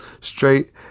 straight